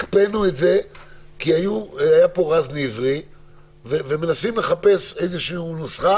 הקפאנו את זה כי היה פה רז נזרי ומנסים לחפש נוסחה